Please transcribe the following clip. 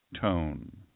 tone